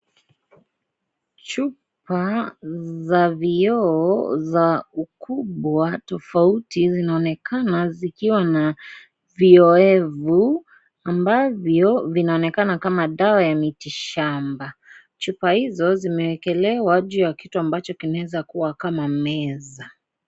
Chupa, za vioo, za, ukubwa, tofauti zinaonekana zikiwa na, vioevu, ambavyo, vinaonekana kama dawa ya miti shamba, chupa hizo, zimeekelewa, juu ya kitu ambacho kinaeza kua kama, meza.